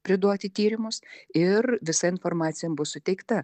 priduoti tyrimus ir visa informacija jam bus suteikta